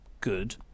good